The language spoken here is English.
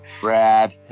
Brad